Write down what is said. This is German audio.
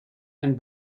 ein